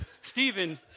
Stephen